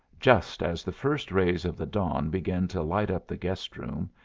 just as the first rays of the dawn began to light up the guest room,